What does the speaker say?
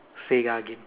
sega game